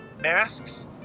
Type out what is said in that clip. masks